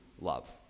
love